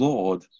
Lord